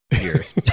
years